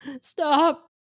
stop